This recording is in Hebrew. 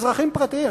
אזרחים פרטיים.